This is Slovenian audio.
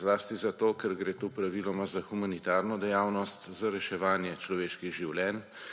zlasti zato ker gre tu praviloma za humanitarno dejavnost, za reševanje človeških življenj,